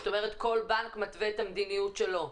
זאת אומרת שכל בנק מתווה את המדיניות שלו?